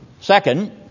Second